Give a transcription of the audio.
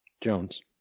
jones